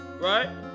right